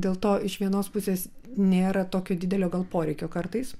dėl to iš vienos pusės nėra tokio didelio gal poreikio kartais